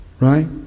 right